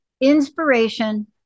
inspiration